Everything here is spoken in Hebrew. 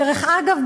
דרך אגב,